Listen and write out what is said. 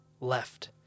left